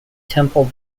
temple